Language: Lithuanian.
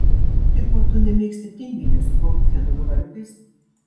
tipo tu nemėgsti tinginio su bankucheno gabaliukais